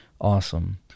Awesome